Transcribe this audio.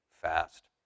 fast